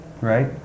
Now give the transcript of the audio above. Right